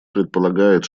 предполагает